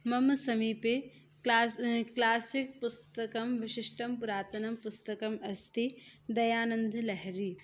मम समीपे class classic पुस्तकं विशिष्टं पुरातनं पुस्तकम् अस्ति दयानन्दलहरी